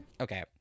Okay